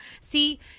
See